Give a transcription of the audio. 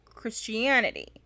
christianity